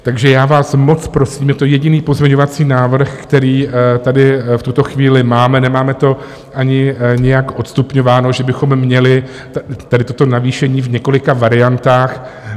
Takže já vás moc prosím, je to jediný pozměňovací návrh, který tady v tuto chvíli máme, nemáme to ani nějak odstupňováno, že bychom měli tady toto navýšení v několika variantách.